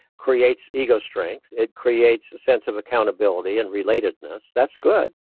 creates ego strength. it creates a sense of accountability in relatedness. that's good.